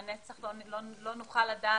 למה הם לא נותנים?